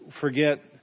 forget